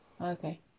Okay